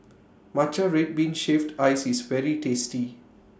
Matcha Red Bean Shaved Ice IS very tasty